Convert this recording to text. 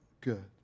good